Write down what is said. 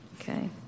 Okay